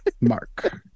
Mark